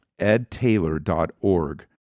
edtaylor.org